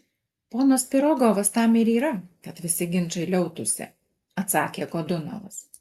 ponas pirogovas tam ir yra kad visi ginčai liautųsi atsakė godunovas